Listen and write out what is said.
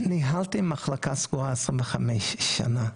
ניהלתי מחלקה סגורה 25 שנים,